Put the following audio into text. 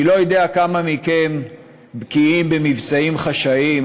אני לא יודע כמה מכם בקיאים במבצעים חשאיים,